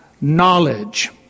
knowledge